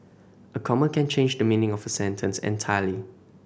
a comma can change the meaning of a sentence entirely